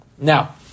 Now